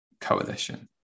coalition